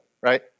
right